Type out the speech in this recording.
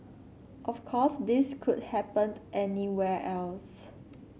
of course this could happened anywhere else